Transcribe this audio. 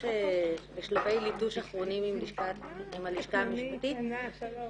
בשלבי ליטוש אחרונים עם הלשכה המשפטית.